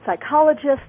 Psychologists